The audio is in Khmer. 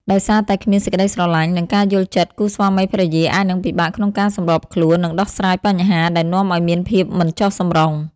ដោយសារតែគ្មានសេចក្តីស្រលាញ់ និងការយល់ចិត្តគូស្វាមីភរិយាអាចនឹងពិបាកក្នុងការសម្របខ្លួន និងដោះស្រាយបញ្ហា ដែលនាំឱ្យមានភាពមិនចុះសម្រុង។